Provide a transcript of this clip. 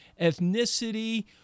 ethnicity